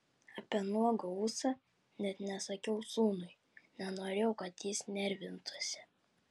apie nuogą ūsą net nesakiau sūnui nenorėjau kad jis nervintųsi